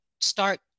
start